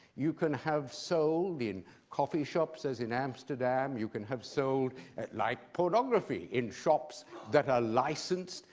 you can have sold in coffee shops, as in amsterdam, you can have sold at light pornography in shops that are licenced,